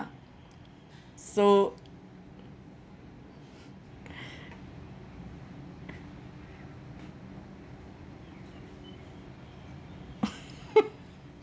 so